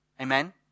amen